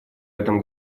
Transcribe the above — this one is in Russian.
этом